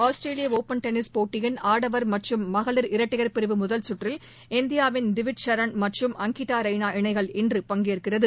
ஆஸ்திரேலியடுப்பன் tennis போட்டியின் ஆடவர் மற்றும் மகளிர் இரட்டையர் பிரிவு முதல் கற்றில் இந்தியாவின் திவிச் சரண் மற்றும் அங்கிதாரெய்னா இணைகள் இன்று பங்கேற்கிறது